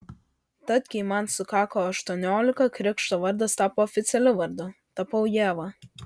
tad kai man sukako aštuoniolika krikšto vardas tapo oficialiu vardu tapau ieva